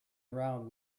around